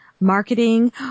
marketing